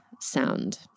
sound